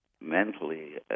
mentally